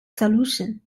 solution